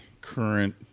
current